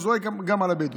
הוא זורק גם על הבדואי.